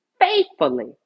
faithfully